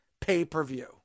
pay-per-view